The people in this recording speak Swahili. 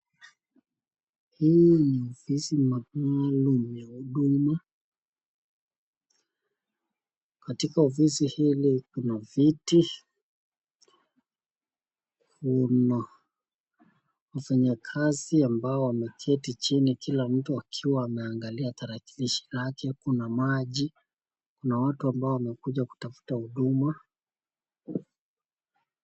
Hii ni ofisi maalum ya huduma ,katika ofisi hili kuna viti ,kuna wafanyakazi ambao wameketi chini kila mtu akiwa ameangalia tarakilishi lake, kuna maji kuna watu ambao wamekuja kutafuta huduma.